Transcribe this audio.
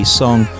song